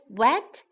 wet